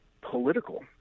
political